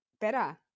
better